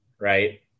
right